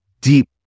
deep